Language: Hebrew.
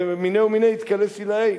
מיני ומיניה יתקלס עילאה.